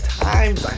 times